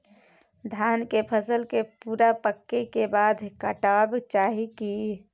धान के फसल के पूरा पकै के बाद काटब चाही की?